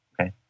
okay